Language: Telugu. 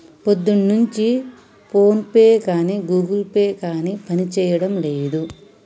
పొద్దున్నుంచి ఫోన్పే గానీ గుగుల్ పే గానీ పనిజేయడం లేదు